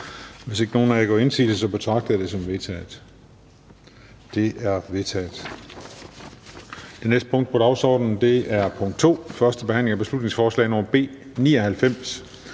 Hvis ikke nogen af jer gør indsigelse, betragter jeg det som vedtaget. Det er vedtaget. --- Det næste punkt på dagsordenen er: 2) 1. behandling af beslutningsforslag nr. B 99: